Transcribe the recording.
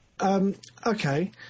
Okay